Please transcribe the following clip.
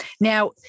Now